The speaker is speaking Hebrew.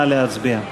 להצביע.